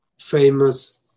famous